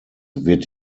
wird